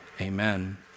Amen